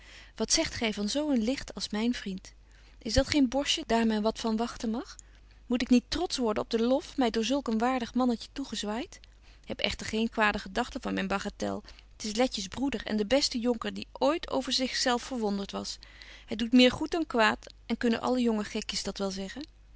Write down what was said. wat zegt gy van zo een licht als myn vriend is dat geen borstje daar men wat van wagten mag moet ik niet trotsch worden op den lof my door zulk een waardig mannetje toegezwaait heb echter geen kwade gedagten van myn bagatelle t is letjes broeder en de beste jonker die ooit over zich zelf verwondert was hy doet meer goed dan kwaad en kunnen alle jonge gekjes dat wel zeggen